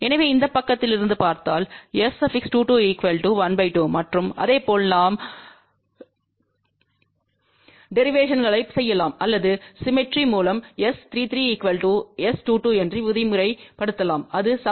எனவே இந்த பக்கத்திலிருந்து பார்த்தால் S22 ½ மற்றும் அதேபோல் நாம் டெரிவேஷன்ஸ்லைச் செய்யலாம் அல்லது சிம்மெட்ரி மூலம் S33 S22என்றுவிதிமுறைலலாம் அது சமம் பாதி